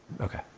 Okay